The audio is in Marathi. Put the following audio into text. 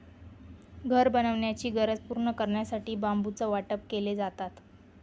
घर बनवण्याची गरज पूर्ण करण्यासाठी बांबूचं वाटप केले जातात